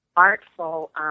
artful